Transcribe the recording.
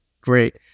Great